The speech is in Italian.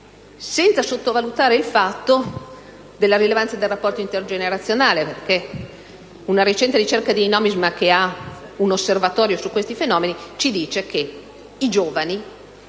senza sottovalutare il fatto della rilevanza del rapporto intergenerazionale. Una recente ricerca di Nomisma, che ha un osservatorio su questi fenomeni ci dice che,